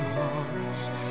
heart's